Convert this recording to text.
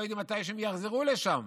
לא יודעים מתי הם יחזרו לשם.